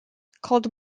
called